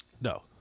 No